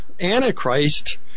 Antichrist